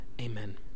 Amen